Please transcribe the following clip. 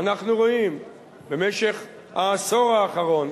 אנחנו רואים במשך העשור האחרון,